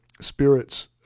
spirits